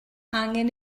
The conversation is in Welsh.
angen